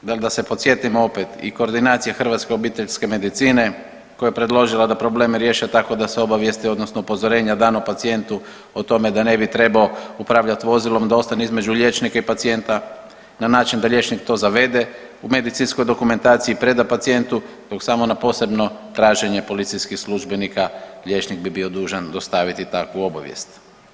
Da se podsjetimo opet i koordinacija hrvatske obiteljske medicine koja je predložila da probleme riješe tako da se obavijesti, odnosno upozorenja dana pacijentu o tome da ne bi trebao upravljati vozilom, da ostane između liječnika i pacijenta, na način da liječnik to zavede u medicinskoj dokumentaciji, preda pacijentu dok samo na posebno traženje policijskih službenika liječnik bi bio dužan dostaviti takvu obavijest.